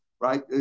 right